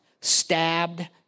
stabbed